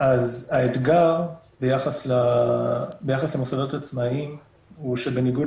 אז האתגר ביחס למוסדות הצבאיים הוא שבניגוד